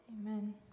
Amen